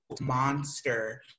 monster